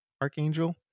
Archangel